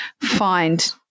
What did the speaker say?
find –